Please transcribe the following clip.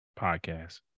Podcast